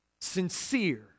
sincere